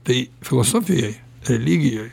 tai filosofijoj religijoj